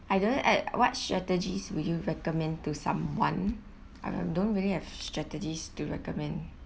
I don't know at what strategies will you recommend to someone I don't really have strategies to recommend